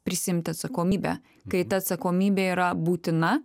prisiimti atsakomybę kai ta atsakomybė yra būtina